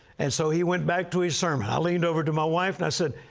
and so he went back to his sermon. i leaned over to my wife, and i said,